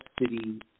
city